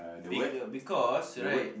be because right